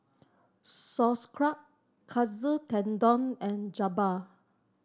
Sauerkraut Katsu Tendon and Jokbal